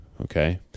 Okay